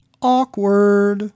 Awkward